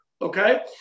Okay